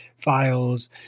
files